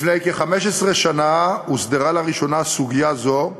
לפני כ-15 שנה הוסדרה סוגיה זו לראשונה,